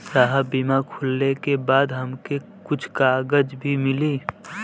साहब बीमा खुलले के बाद हमके कुछ कागज भी मिली?